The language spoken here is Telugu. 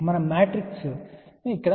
మనము మ్యాట్రిక్స్ ను ఇక్కడ చూద్దాం